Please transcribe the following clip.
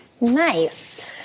Nice